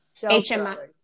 hmi